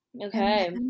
Okay